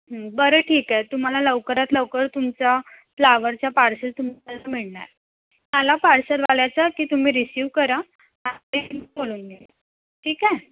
बरं ठीक आहे तुम्हाला लवकरात लवकर तुमचा फ्लावरचा पार्सल तुम्हाला मिळणार आला पार्सलवाल्याचं की तुम्ही रिसिव्ह करा आणि बोलून घ्या ठीक आहे